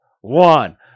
one